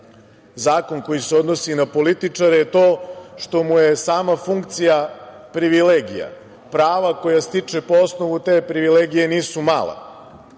zakon koji se odnosi na političare, je to što mu je sama funkcija privilegija. Prava, koja stiče po osnovu te privilegije nisu mala,